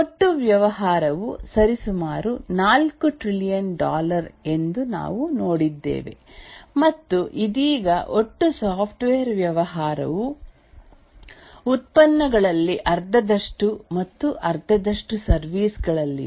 ಒಟ್ಟು ವ್ಯವಹಾರವು ಸರಿಸುಮಾರು 4 ಟ್ರಿಲಿಯನ್ ಡಾಲರ್ ಎಂದು ನಾವು ನೋಡಿದ್ದೇವೆ ಮತ್ತು ಇದೀಗ ಒಟ್ಟು ಸಾಫ್ಟ್ವೇರ್ ವ್ಯವಹಾರವು ಉತ್ಪನ್ನಗಳಲ್ಲಿ ಅರ್ಧದಷ್ಟು ಮತ್ತು ಅರ್ಧದಷ್ಟು ಸರ್ವಿಸಸ್ ಗಳಲ್ಲಿದೆ